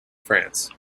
france